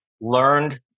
learned